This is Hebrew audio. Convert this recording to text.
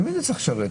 את מי זה צריך לשרת?